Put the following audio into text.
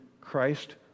Christ